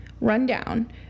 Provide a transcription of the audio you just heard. rundown